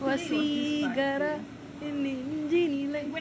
வசீகரா என் நெஞ்சினிலே:vasigaraa yaen nenjinilae